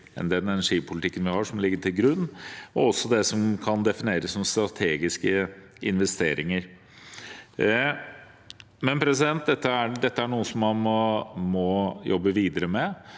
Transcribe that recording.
og den energipolitikken vi har, som ligger til grunn, og også det som kan defineres som strategiske investeringer. Dette er noe man må jobbe videre med